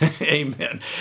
Amen